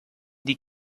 die